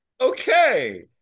okay